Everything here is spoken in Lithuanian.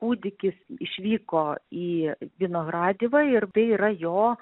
kūdikis išvyko į vinohradivą ir tai yra jo